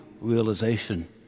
realization